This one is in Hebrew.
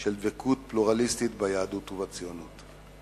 של דבקות פלורליסטית ביהדות ובציונות.